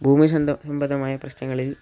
ഭൂമി സംബന്ധമായ പ്രശ്നങ്ങളിൽ